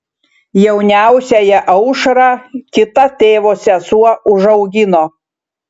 jauniausiąją aušrą kita tėvo sesuo užaugino